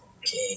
Okay